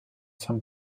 some